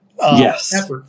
Yes